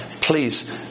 please